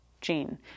gene